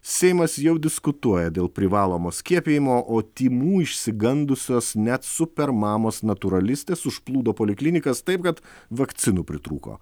seimas jau diskutuoja dėl privalomo skiepijimo o tymų išsigandusios net super mamos natūralistės užplūdo poliklinikas taip kad vakcinų pritrūko